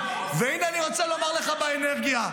--- והינה אני רוצה לומר לך: באנרגיה,